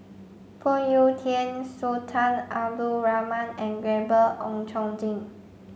Phoon Yew Tien Sultan Abdul Rahman and Gabriel Oon Chong Jin